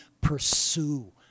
pursue